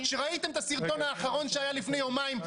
וראיתם את הסרטון האחרון שהיה לפני יומיים של